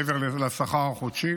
מעבר לשכר החודשי,